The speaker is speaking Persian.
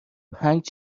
پنج